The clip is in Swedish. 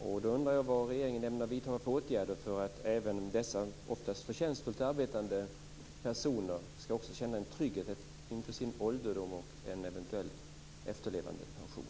Därför undrar jag vilka åtgärder regeringen ämnar vidta för att även dessa, oftast förtjänstfullt arbetande personer, skall känna en trygghet inför sin ålderdom och en eventuell efterlevandepension.